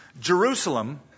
Jerusalem